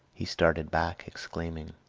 he started back, exclaiming,